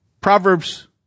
Proverbs